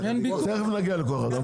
תכף נגיע לכוח האדם.